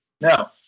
No